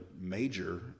major